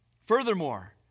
Furthermore